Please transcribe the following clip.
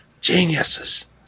geniuses